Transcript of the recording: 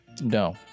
No